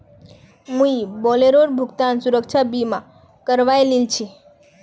मुई बोलेरोर भुगतान सुरक्षा बीमा करवइ लिल छि